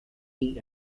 eat